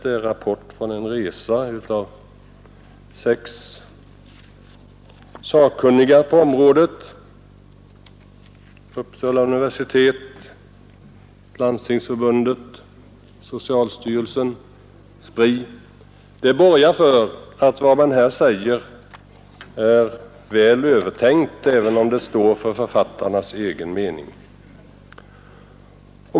Det är en rapport från en resa som gjorts av sex sakkunniga på området: representanter för Uppsala universitet, Landstingsförbundet, socialstyrelsen och SPRI. Det borgar för att vad man här säger är väl övertänkt, även om det står som författarnas egen mening.